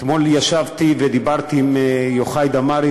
אתמול ישבתי ודיברתי עם יוחאי דמרי,